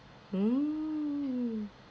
mm